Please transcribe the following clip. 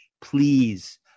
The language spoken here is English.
please